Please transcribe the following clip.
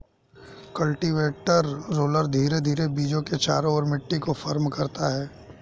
cultipacker roller धीरे धीरे बीजों के चारों ओर मिट्टी को फर्म करता है